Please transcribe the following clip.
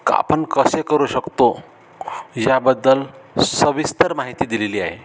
का आपण कसे करू शकतो याबद्दल सविस्तर माहिती दिलेली आहे